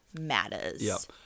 matters